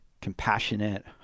compassionate